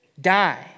die